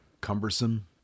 Cumbersome